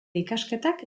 ikasketak